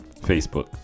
Facebook